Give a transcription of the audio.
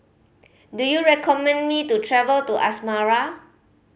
do you recommend me to travel to Asmara